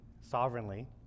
sovereignly